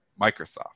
Microsoft